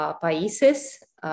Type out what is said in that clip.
países